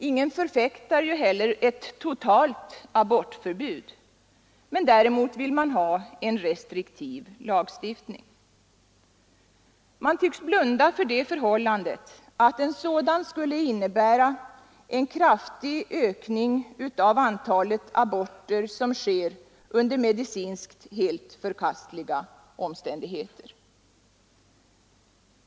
Ingen förfäktar heller ett totalt abortförbud, men däremot vill man ha en restriktiv lagstiftning. Man tycks blunda för det förhållandet att en sådan skulle innebära en kraftig ökning av antalet aborter som sker under medicinskt helt förkastliga omständigheter.